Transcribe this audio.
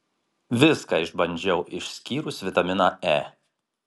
viską išbandžiau išskyrus vitaminą e